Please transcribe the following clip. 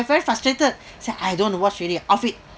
I very frustrated said I don't want to watch already ah off it